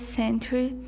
century